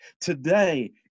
Today